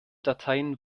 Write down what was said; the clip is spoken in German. dateien